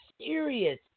serious